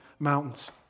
mountains